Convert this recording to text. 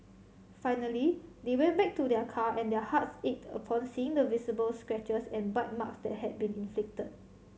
finally they went back to their car and their hearts ached upon seeing the visible scratches and bite marks that had been inflicted